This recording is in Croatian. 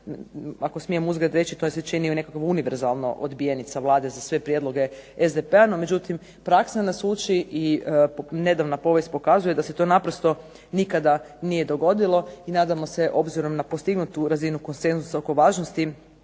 ako smijem uzgred reći to mi se čini nekako univerzalno odbijenica Vlade za sve prijedloge SDP-a. no međutim praksa nas uči i nedavna povijest pokazuje da se to naprosto nikada nije dogodilo i nadamo se obzirom na postignutu razinu konsenzusa oko važnosti